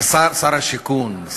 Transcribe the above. שר השיכון.